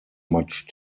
much